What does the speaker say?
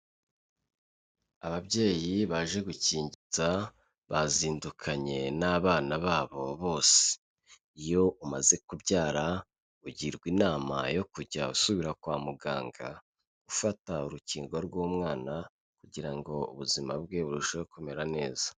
Ababyeyi baje gukingiza bazindukanye n'abana babo bose iyo umaze kubyara ugirwa inama yo kujya usubira kwa muganga ufata urukingo rw'umwana kugira ngo ubuzima bwe burusheho kumera neza.